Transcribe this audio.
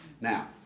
Now